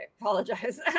apologize